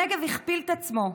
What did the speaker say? הנגב הכפיל את עצמו,